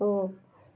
ओह्